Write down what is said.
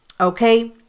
okay